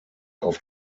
auf